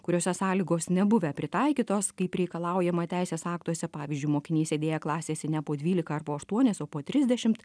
kuriose sąlygos nebuvę pritaikytos kaip reikalaujama teisės aktuose pavyzdžiui mokiniai sėdėję klasėse ne po dvylika ar po aštuonias o po trisdešimt